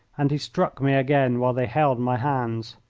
and he struck me again while they held my hands.